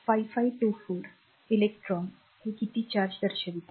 5524 electron हे किती charge दर्शविते